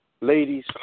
Ladies